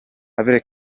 avere